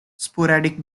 sporadic